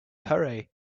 hurry